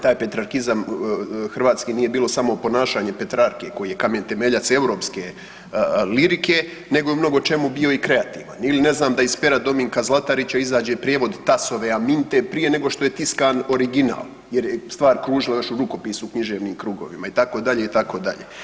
Taj petrarkizam hrvatski nije bilo samo ponašanje Petrarke koji je kamen temeljac europske lirike nego je i u mnogo čemu bio kreativan ili ne znam da iz pera Dominika Zlatarića izađe prijevod Tasove Aminte prije nego što je tiskan original jer je stvar kružila još u rukopisu u književnim krugovima itd., itd.